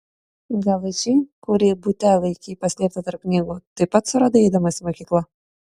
gal ir šį kurį bute laikei paslėptą tarp knygų taip pat suradai eidamas į mokyklą